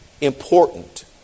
important